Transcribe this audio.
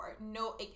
No